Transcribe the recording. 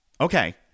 Okay